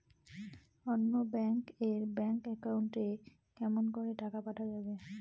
অন্য ব্যাংক এর bank account এ কেমন করে টাকা পাঠা যাবে?